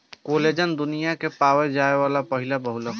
collagen दुनिया में पावल जाये वाला पहिला बहुलक ह